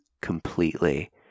completely